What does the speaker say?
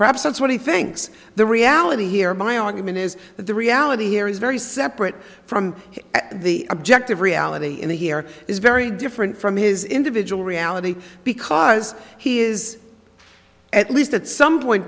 perhaps that's what he thinks the reality here my argument is that the reality here is very separate from the objective reality in the here is very different from his individual reality because he is at least at some point